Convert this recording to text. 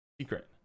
secret